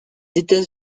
états